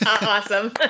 Awesome